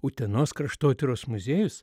utenos kraštotyros muziejus